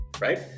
Right